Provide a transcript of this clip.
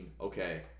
okay